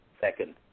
second